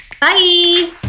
Bye